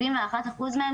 71% מהם,